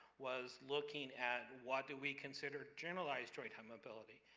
was looking at what do we consider generalized joint hypermobility.